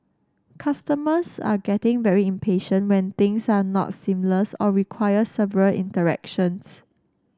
customers are getting very impatient when things are not seamless or require several interactions